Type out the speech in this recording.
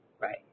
Right